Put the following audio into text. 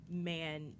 man